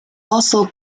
also